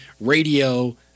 radio